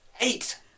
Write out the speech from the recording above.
Eight